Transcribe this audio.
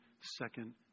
second